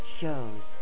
shows